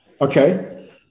Okay